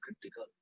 critical